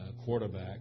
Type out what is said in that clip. quarterback